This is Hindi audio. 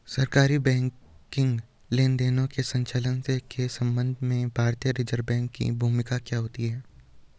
सरकारी बैंकिंग लेनदेनों के संचालन के संबंध में भारतीय रिज़र्व बैंक की भूमिका क्या होती है?